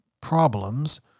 problems